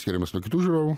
skiriamės nuo kitų žiūrovų